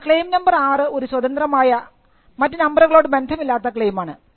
എന്നാൽ claim number ആറ് ഒരു സ്വതന്ത്രമായ മറ്റ് നമ്പറുകളോട് ബന്ധമില്ലാത്ത ക്ളെയിമാണ്